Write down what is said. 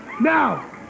Now